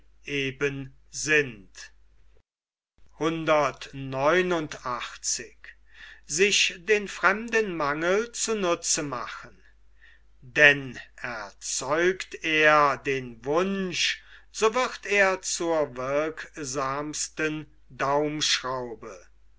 sind denn erzeugt er den wunsch so wird er zur wirksamsten